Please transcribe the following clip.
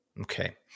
Okay